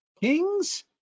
Kings